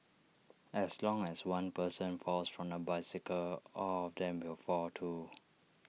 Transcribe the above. as long as one person falls from the bicycle all of them will fall too